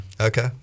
okay